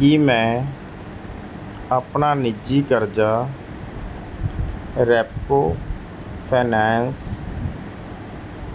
ਕੀ ਮੈਂ ਆਪਣਾ ਨਿੱਜੀ ਕਰਜਾ ਰੈਪਕੋ ਫਾਈਨੈਂਸ